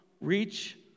reach